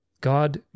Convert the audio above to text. God